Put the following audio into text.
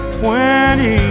twenty